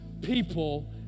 people